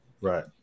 Right